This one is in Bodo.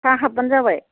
साहा हाबबानो जाबाय